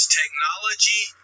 technology